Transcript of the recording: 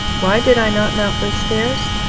why did i not mount those stairs?